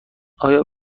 آیا